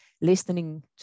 listening